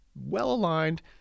well-aligned